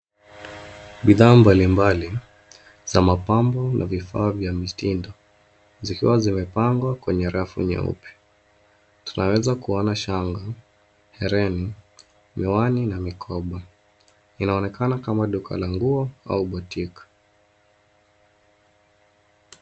Bidhaa mbali mbali za mapambo na vifaa vya mitindo zikiwa zimepangwa kwenye rafu nyeupe. Tunaweza kuona shanga, hereni , miwani na mikoba. Inaonekana kama duka la nguo au boutique .